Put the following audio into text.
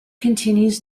continues